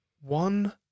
One